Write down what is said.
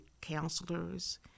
counselors